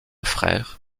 frère